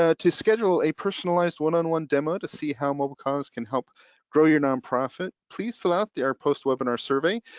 ah to schedule a personalized one on one demo to see how mobilecause can help grow your nonprofit, please fill out our post webinar survey.